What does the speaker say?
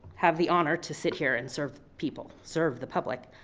have the honor to sit here and serve people, serve the public,